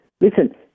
Listen